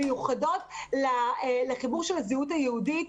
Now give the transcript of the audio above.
מיוחדות לחיבור של הזהות היהודית.